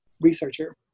researcher